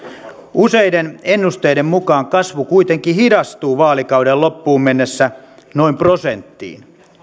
useiden ennusteiden mukaan kasvu kuitenkin hidastuu vaalikauden loppuun mennessä noin prosenttiin